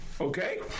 okay